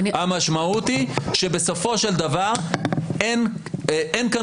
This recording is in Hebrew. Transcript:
המשמעות היא שבסופו של דבר אין כאן